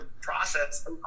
process